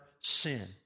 sin